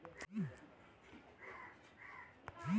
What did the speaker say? चंदन अपना व्यापारी से बहुत उधार ले छे